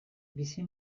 bizi